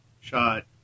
Shot